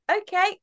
okay